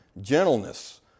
gentleness